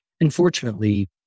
Unfortunately